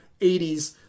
80s